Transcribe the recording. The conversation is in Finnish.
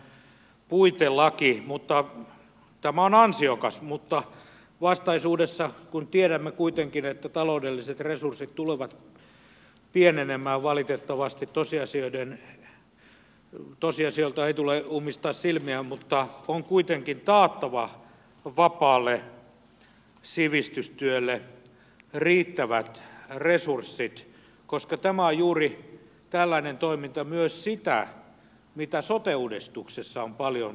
tämähän on puitelaki tämä on ansiokas mutta vastaisuudessa kun tiedämme kuitenkin että taloudelliset resurssit tulevat pienenemään valitettavasti tosiasioilta ei tule ummistaa silmiään on taattava vapaalle sivistystyölle riittävät resurssit koska juuri tällainen toiminta on myös sitä mitä sote uudistuksessa on paljon peräänkuulutettu